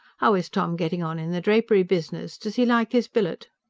how is tom getting on in the drapery business? does he like his billet?